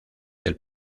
del